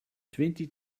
twenty